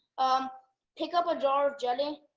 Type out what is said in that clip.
um pick up a jar of jelly.